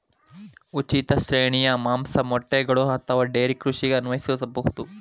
ಉಚಿತ ಶ್ರೇಣಿಯು ಮಾಂಸ, ಮೊಟ್ಟೆಗಳು ಅಥವಾ ಡೈರಿ ಕೃಷಿಗೆ ಅನ್ವಯಿಸಬಹುದು